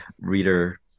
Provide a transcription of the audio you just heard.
reader